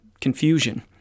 confusion